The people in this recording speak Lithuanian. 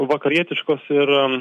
vakarietiškos ir